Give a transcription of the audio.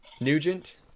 Nugent